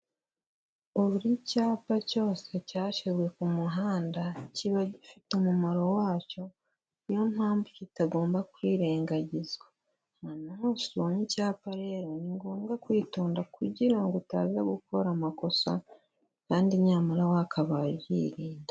Buri cyapa cyose cyashyizwe ku muhanda kiba gifite umumaro wacyo niyo mpamvu kitagomba kwirengagizwa, ahantu hose ubonye icyapa rero ni ngombwa kwitonda kugira ngo utaza gukora amakosa kandi nyamara wakabaye uyirinda.